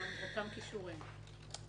אותם כישורים.